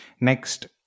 Next